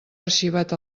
arxivat